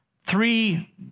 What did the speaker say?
three